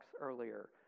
earlier